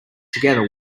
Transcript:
together